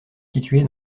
située